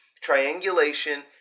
triangulation